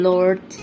Lord